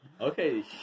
Okay